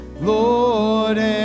Lord